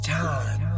time